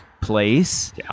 place